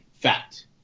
fact